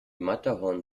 matterhorn